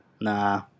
Nah